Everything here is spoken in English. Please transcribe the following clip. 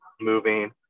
moving